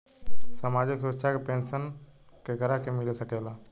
सामाजिक सुरक्षा पेंसन केकरा के मिल सकेला?